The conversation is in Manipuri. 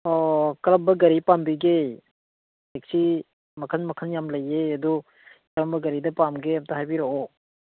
ꯑꯣ ꯀꯔꯝꯕ ꯒꯥꯔꯤ ꯄꯥꯝꯕꯤꯒꯦ ꯇꯦꯛꯁꯤ ꯃꯈꯟ ꯃꯈꯟ ꯌꯥꯝ ꯂꯩꯌꯦ ꯑꯗꯨ ꯀꯔꯝꯕ ꯒꯥꯔꯤꯗ ꯄꯥꯝꯒꯦ ꯑꯝꯇ ꯍꯥꯏꯕꯤꯔꯛꯑꯣ